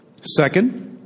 Second